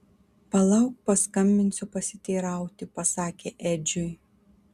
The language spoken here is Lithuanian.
palauk paskambinsiu pasiteirauti pasakė edžiui